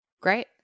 Great